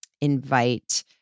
invite